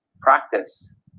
practice